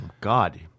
God